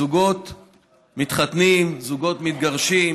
זוגות מתחתנים, זוגות מתגרשים,